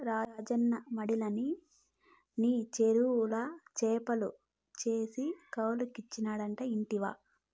రాజన్న మడిలన్ని నీ చేపల చెర్లు చేసి కౌలుకిచ్చినాడట ఇంటివా